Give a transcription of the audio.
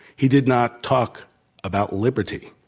he did not talk about liberty.